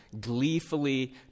gleefully